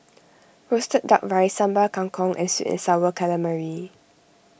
Roasted Duck Rice Sambal Kangkong and Sweet and Sour Calamari